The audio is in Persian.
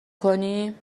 کنی